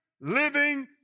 living